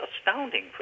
Astounding